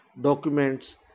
documents